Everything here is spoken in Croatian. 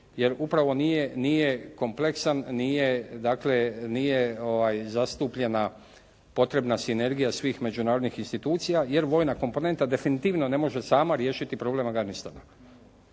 Jer upravo nije kompleksan, nije zastupljena potrebna sinergija svih međunarodnih institucija jer vojna komponenta definitivno ne može sama riješiti problem Afganistana.